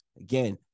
Again